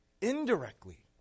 indirectly